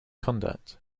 conduct